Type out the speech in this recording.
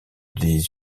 des